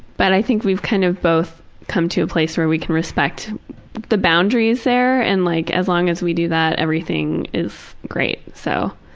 but i think we've kind of both come to a place where we can respect the boundaries there and like as long as we do that everything is great. so,